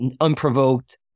unprovoked